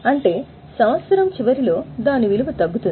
అంటే సంవత్సరం చివరిలో దాని విలువ తగ్గుతుంది